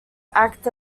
act